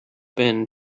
been